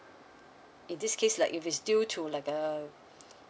in this case like if it's due to like uh